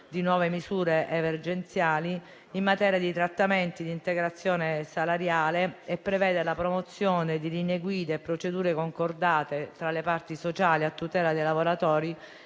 di nuove misure emergenziali in materia di trattamenti di integrazione salariale e prevede la promozione di linee guida e procedure concordate tra le parti sociali a tutela dei lavoratori